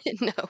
No